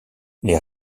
les